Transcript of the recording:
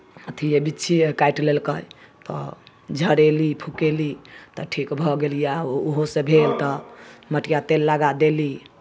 अथी हइ बिच्छिए अर काटि लेलकै तऽ झड़यली फुकयली तऽ ठीक भऽ गेलियै आ ओहोसँ भेल तऽ मटिया तेल लगा देली